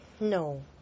No